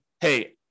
hey